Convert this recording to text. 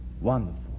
Wonderful